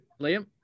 Liam